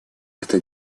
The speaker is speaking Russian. это